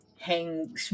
hang